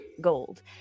gold